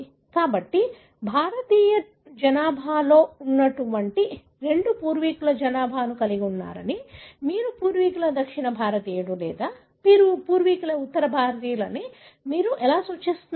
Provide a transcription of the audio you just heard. కాబట్టి భారతీయ జనాభాలో రెండు పూర్వీకుల జనాభాను కలిగి ఉన్నారని మీరు పూర్వీకుల దక్షిణ భారతీయుడు లేదా పూర్వీకుల ఉత్తర భారతీయులు అని మీరు ఎలా సూచిస్తున్నారు